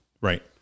Right